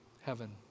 heaven